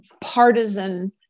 partisan